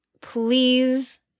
please